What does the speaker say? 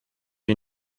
you